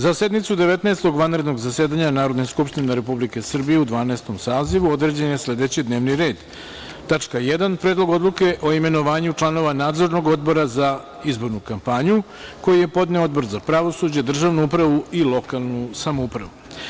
Za sednicu Devetnaestog vanrednog zasedanja Narodne skupštine Republike Srbije u Dvanaestom sazivu određen je sledeći D n e v n i r e d: 1. Predlog odluke o imenovanju članova Nadzornog odbora za izbornu kampanju, koji je podneo Odbor za pravosuđe, državnu upravu i lokalnu samoupravu.